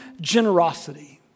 generosity